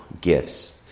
gifts